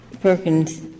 Perkins